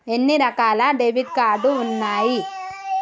ఎన్ని రకాల debit card ఉన్నాయి?